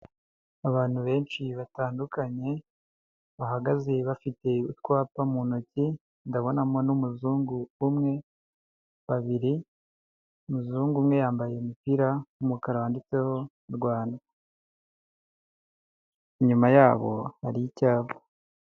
Abantu benshi batandukanye, bahagaze bafite utwapa mu ntoki, ndabonamo n'umuzungu umwe, babiri, umuzungu umwe yambaye umupira w'umukara wanditseho Rwanda, inyuma yabo hari icyapa.